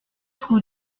rue